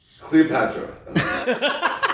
cleopatra